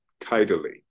tidily